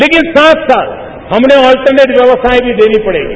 लेकिन साथ साथ हमने अलर्टनेट व्यक्स्थाएं भी देनी पड़ेगी